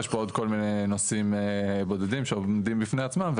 יש פה עוד נושאים בודדים שעומדים בפני עצמם,